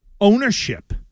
Ownership